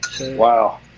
Wow